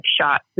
shot